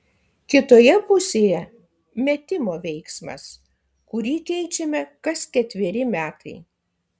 kitoje pusėje metimo veiksmas kurį keičiame kas ketveri metai